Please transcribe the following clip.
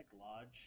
Lodge